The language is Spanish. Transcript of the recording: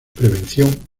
prevención